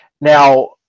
Now